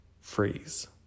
Freeze